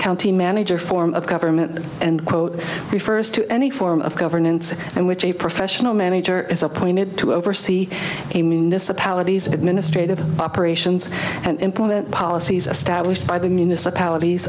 county manager form of government and quote refers to any form of governance and which a professional manager is appointed to oversee a municipalities administrative operations and implement policies as stablished by the municipalities